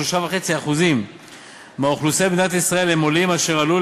כ-3.5% מהאוכלוסייה במדינת ישראל הם עולים אשר עלו